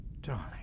darling